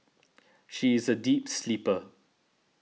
she is a deep sleeper